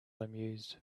amused